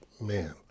man